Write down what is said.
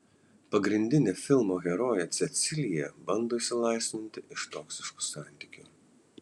pagrindinė filmo herojė cecilija bando išsilaisvinti iš toksiškų santykių